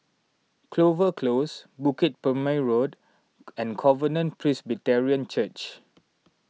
Clover Close Bukit Purmei Road and Covenant Presbyterian Church